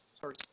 Sorry